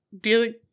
dealing